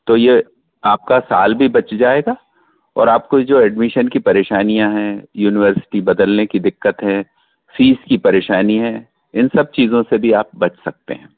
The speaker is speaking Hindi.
तो ये आपका साल भी बच जाएगा और आपको ये जो ऐडमिशन की परेशानियाँ हैं यूनिवर्सिटी बदलने की दिक्कत है फीस की परेशानी है इन सब चीज़ों से भी आप बच सकते हैं